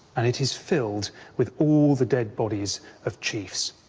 and it is filled with all the dead bodies of chiefs.